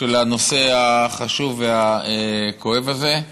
של הנושא החשוב והכואב הזה.